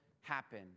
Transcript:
happen